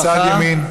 בצד ימין?